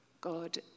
God